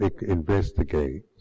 investigate